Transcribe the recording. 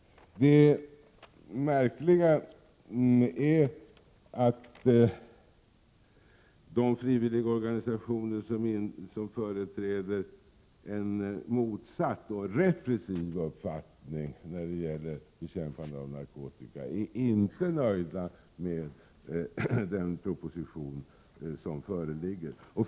Det märkliga är att de frivilligorganisationer som företräder en motsatt och repressiv uppfattning när det gäller bekämpandet av narkotika inte är nöjda med den proposition som föreligger.